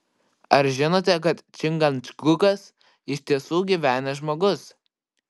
ar žinote kad čingačgukas iš tiesų gyvenęs žmogus